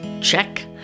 Check